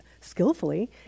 skillfully